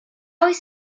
oes